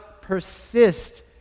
persist